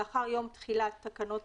לאחר יום תחילת תקנות